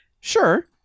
Sure